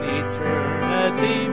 eternity